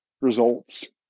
results